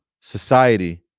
society